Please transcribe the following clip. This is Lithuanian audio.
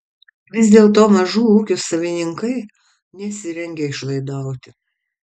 vis dėlto mažų ūkių savininkai nesirengia išlaidauti